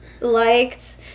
liked